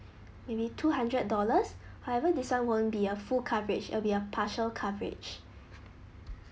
maybe two hundred dollars however this one won't be a full coverage it will be a partial coverage